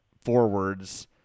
forwards